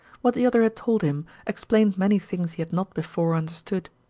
what the other had told him explained many things he had not before understood.